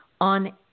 on